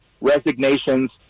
resignations